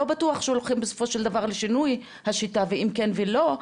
לא בטוח שהולכים בסופו של דבר לשינוי השיטה ואם כן ולא,